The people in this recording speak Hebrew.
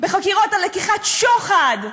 בחקירות על לקיחת שוחד,